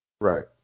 Right